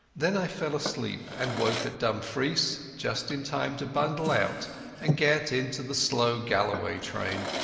then i fell asleep and woke at dumfries just in time to bundle out and get into the slow galloway train.